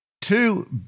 two